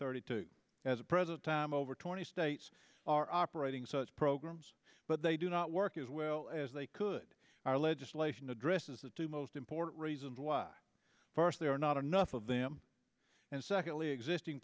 thirty two as a present time over twenty states are operating such programs but they do not work as well as they could our legislation addresses the two most important reasons why first there are not enough of them and secondly existing